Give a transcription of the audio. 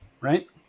right